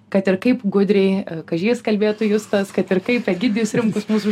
kad ir kaip gudriai kažys kalbėtų justas kad ir kaip egidijus rimkus mūsų